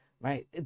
right